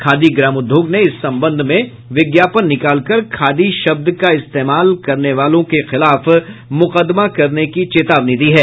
खादी ग्राामोद्योग ने इस संबंध में विज्ञापन निकालकर खादी शब्द के गलत इस्तेमाल करने वालों के खिलाफ मुकदमा करने की चेतावनी दी है